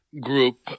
group